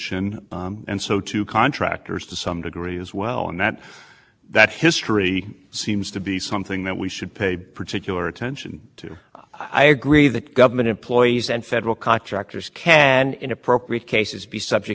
well and that that history seems to be something that we should pay particular attention to i agree that government employees and federal contractors can in appropriate cases be subject to more strict regulation we would apply to ordinary citizens